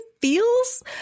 feels